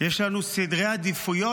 יש לנו סדרי עדיפויות,